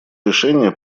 решения